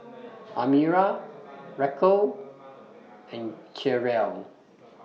Amira Racquel and Cherelle